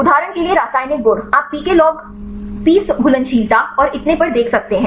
उदाहरण के लिए रासायनिक गुण आप पीके लॉग पी घुलनशीलता और इतने पर देख सकते हैं